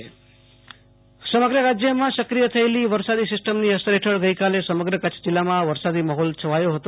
આશુ તોષ અંતાણી કચ્છ વરસાદ સમગ્ર રાજ્યમાં સક્રિય થયેલી વસાદી સિસ્ટમની અસર હેઠળ ગઈકાલે સમગ્ર કચ્છ જિલ્લામાં વરસાદી માહોલ છવાયો રહ્યો હતો